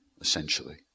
essentially